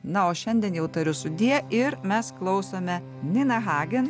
na o šiandien jau tariu sudie ir mes klausome nina hagen